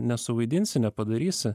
nesuvaidinsi nepadarysi